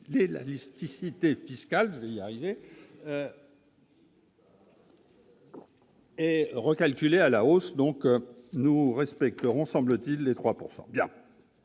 la liste ici fiscal, je vais y arriver. Et recalculé à la hausse. Donc nous respecterons, semble-t-il, les 3